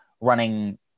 running